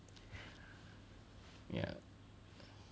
yeah